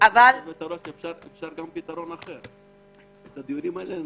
לנהל את הדיונים האלה בערבית,